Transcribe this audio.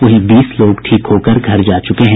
वहीं बीस लोग ठीक होकर घर जा चुके हैं